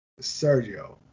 Sergio